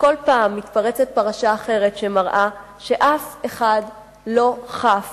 בכל פעם מתפרצת פרשה אחרת שמראה שאף אחד לא חף